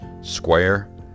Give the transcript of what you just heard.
square